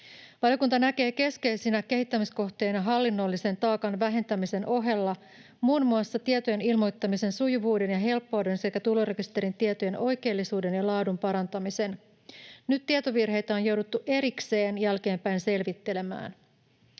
Valiokunta näkee keskeisinä kehittämiskohteina hallinnollisen taakan vähentämisen ohella muun muassa tietojen ilmoittamisen sujuvuuden ja helppouden sekä tulorekisterin tietojen oikeellisuuden ja laadun parantamisen. Nyt tietovirheitä on jouduttu erikseen jälkeenpäin selvittelemään.